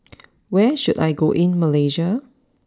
where should I go in Malaysia